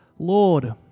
Lord